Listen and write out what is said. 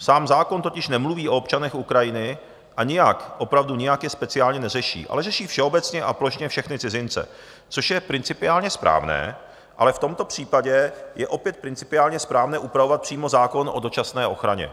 Sám zákon totiž nemluví o občanech Ukrajiny a nijak, opravdu nijak je speciálně neřeší, ale řeší všeobecně a plošně všechny cizince, což je principiálně správné, ale v tomto případě je opět principiálně správné upravovat přímo zákon o dočasné ochraně.